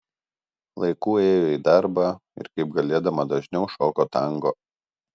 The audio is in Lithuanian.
laiku ėjo į darbą ir kaip galėdama dažniau šoko tango